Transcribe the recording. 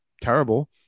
terrible